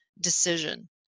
decision